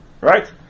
right